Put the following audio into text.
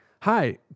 Hi